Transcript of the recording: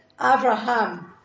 Abraham